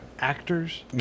actors